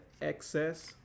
excess